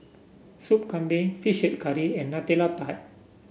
Sup Kambing fish head curry and Nutella Tart